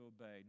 obey